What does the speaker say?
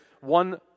one